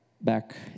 back